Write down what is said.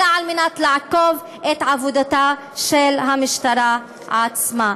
אלא על מנת לעקוב אחר עבודתה של המשטרה עצמה.